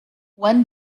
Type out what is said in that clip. one